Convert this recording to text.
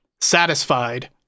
Satisfied